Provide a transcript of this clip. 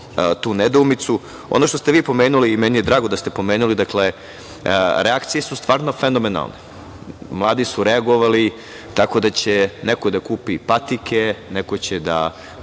tu nedoumicu. Ono što ste vi pomenuli, i meni je drago da ste pomenuli, dakle, reakcije su stvarno fenomenalne. Mladi su reagovali tako da će neko da kupi patike, neko će da